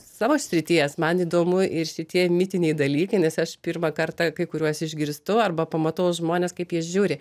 savo srities man įdomu ir šitie mitiniai dalykai nes aš pirmą kartą kai kuriuos išgirstu arba pamatau žmones kaip jie žiūri